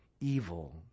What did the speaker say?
evil